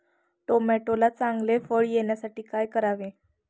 टोमॅटोला चांगले फळ येण्यासाठी काय करावे?